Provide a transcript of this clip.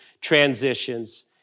transitions